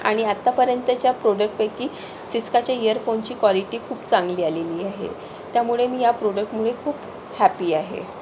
आणि आत्तापर्यंतच्या प्रोडक्टपैकी सिस्काच्या इअरफोनची क्वालिटी खूप चांगली आलेली आहे त्यामुळे मी या प्रोडक्टमुळे खूप हॅप्पी आहे